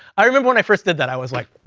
i remember when i first did that, i was like,